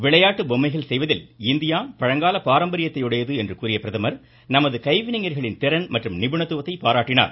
விளையாட்டு பொம்மைகள் செய்வதில் இந்தியா பழங்கால பாரம்பரியத்தை உடையது என்று கூறிய பிரதமர் நமது கைவினைஞர்களின் திறன் மற்றும் நிபுணத்துவத்தை பாராட்டினார்